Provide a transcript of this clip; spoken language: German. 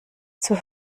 zur